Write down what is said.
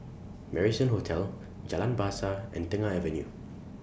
Marrison Hotel Jalan Bahasa and Tengah Avenue